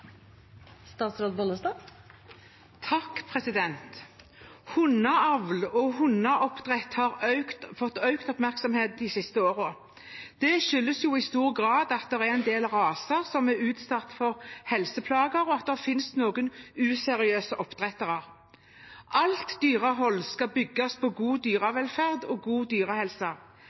og hundeoppdrett har fått økt oppmerksomhet de siste årene. Det skyldes i stor grad at det er en del raser som er utsatt for helseplager, og at det finnes noen useriøse oppdrettere. Alt dyrehold skal bygges på god dyrevelferd og god dyrehelse.